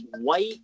white